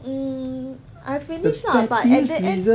mm I finish lah but at the end